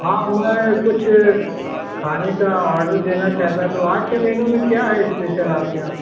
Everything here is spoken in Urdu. ہاں میں کچھ کھانے کا آرڈر دینا چاہتا تھا تو آج کے مینو میں کیا ہے اشپیشل آپ کے یہاں